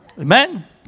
Amen